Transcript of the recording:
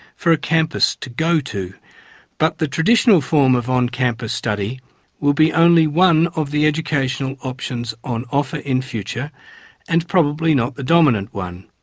for a campus to go to but the traditional form of on-campus study will be only one of the educational options on offer in future and probably not the dominant one.